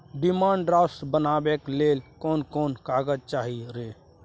Demand draft बनाबैक लेल कोन कोन कागज चाही रे?